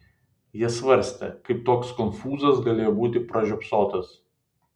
jie svarstė kaip toks konfūzas galėjo būti pražiopsotas